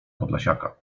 podlasiaka